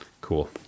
Cool